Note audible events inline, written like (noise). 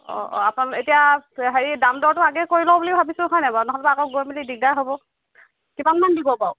অঁ অঁ (unintelligible) এতিয়া হেৰি দাম দৰটো আগেয়ে কৰি লওঁ বুলি ভাবিছোঁ হয়নে বাৰু নহ'লেতো আকৌ গৈ মেলি দিগদাৰ হ'ব কিমানমান দিব বাৰু